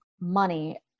money